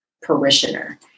Parishioner